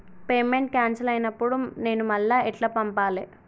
Payment cancel అయినపుడు నేను మళ్ళా ఎట్ల పంపాలే?